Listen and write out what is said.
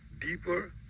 deeper